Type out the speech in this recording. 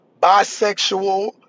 bisexual